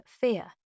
fear